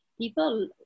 People